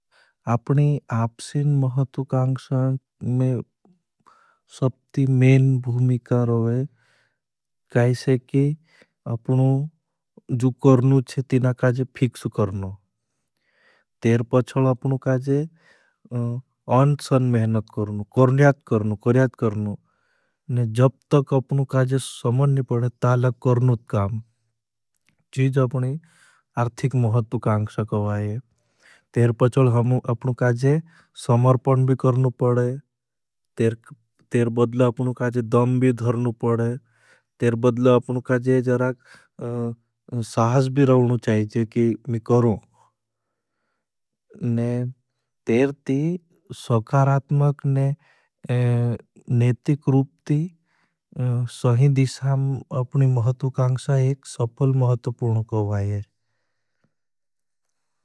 आपनी आपसीन महतुकांक्षा में सब्ती में भुमिकार होई कैसे की अपनु जो करनुज़ है। तीना काज़े फिक्स करन। तेर पछल अपनु काज़े अन्चन मेहनत करन। करन्याच करन। कर्याच करन। जब तक अपनु काज़े समन नी पड़े ताला करन। चीज आपनी आर्थिक महतुकांक्षा करवा है। तेर पछल अपनु काज़े समर्पन भी करन। तेर बदला अपनु काज़े दम भी धरन। तेर बदला अपनु काज़े साहस भी रहन। तेर ती सवकारात्मक नेतिक रूप ती सवहीं दिशां अपनी महतुकांक्षा एक सफल महतुपूर्ण करवा है।